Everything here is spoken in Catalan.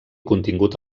contingut